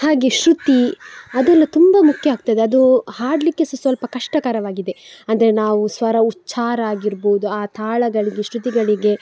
ಹಾಗೆ ಶ್ರುತಿ ಅದೆಲ್ಲ ತುಂಬ ಮುಖ್ಯಾಗ್ತದೆ ಅದು ಹಾಡಲಿಕ್ಕೆ ಸ ಸ್ವಲ್ಪ ಕಷ್ಟಕರವಾಗಿದೆ ಅಂದರೆ ನಾವು ಸ್ವರ ಉಚ್ಚಾರಾಗಿರಬೋದು ಆ ತಾಳಗಳಿಗೆ ಶ್ರುತಿಗಳಿಗೆ